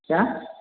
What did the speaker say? क्या